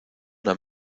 una